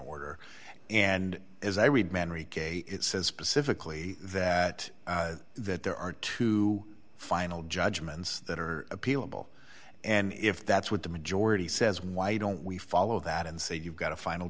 order and as i read man read it says specifically that that there are two final judgments that are appealable and if that's what the majority says why don't we follow that and say you've got a final